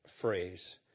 phrase